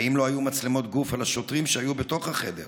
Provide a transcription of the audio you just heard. האם לא היו מצלמות גוף על השוטרים שהיו בתוך החדר?